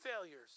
failures